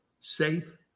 safe